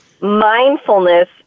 mindfulness